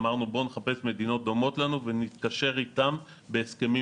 אמרנו שנחפש מדינות דומות לנו ונתקשר איתם בהסכמים